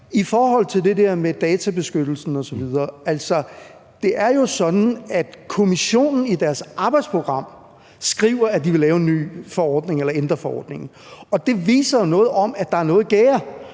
I forhold til det der med databeskyttelsen osv. er det jo sådan, at Kommissionen i deres arbejdsprogram skriver, at de vil lave en ny forordning eller ændre forordningen, og det